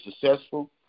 successful